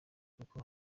kuko